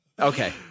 okay